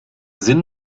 sinn